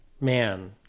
Man